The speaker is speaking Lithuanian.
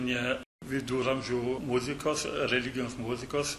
ne viduramžių muzikos religinės muzikos